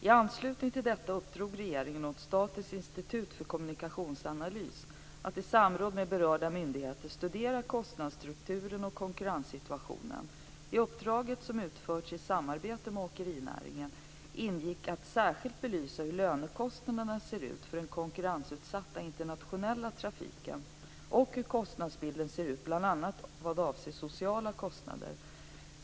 I anslutning till detta uppdrog regeringen åt Statens institut för kommunikationsanalys, SIKA, att i samråd med berörda myndigheter studera kostnadsstrukturen och konkurrenssituationen. I uppdraget, som utförts i samarbete med åkerinäringen, ingick att särskilt belysa hur lönekostnaderna ser ut för den konkurrensutsatta internationella trafiken och hur kostnadsbilden ser ut bl.a. vad avser sociala kostnader.